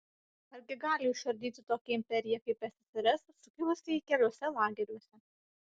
argi gali išardyti tokią imperiją kaip ssrs sukilusieji keliuose lageriuose